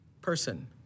person